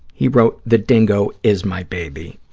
he wrote, the dingo is my baby,